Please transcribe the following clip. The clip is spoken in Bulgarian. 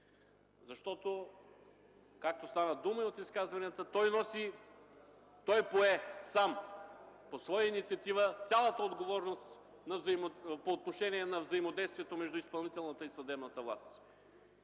защото, както стана дума от изказванията, той носи, той пое сам, по своя инициатива цялата отговорност по отношение на взаимодействието между изпълнителната и съдебната власт